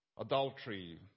Adultery